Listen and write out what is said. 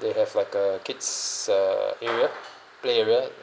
they have like a kids uh area play area